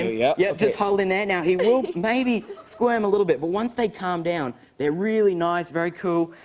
yeah yeah, just hold him there. now, he will maybe squirm a little bit. but once they calm down, they're really nice, very cool.